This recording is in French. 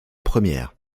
première